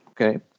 Okay